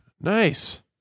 Nice